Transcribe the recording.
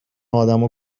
آدمو